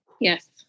Yes